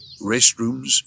restrooms